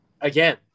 again